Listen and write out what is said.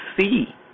see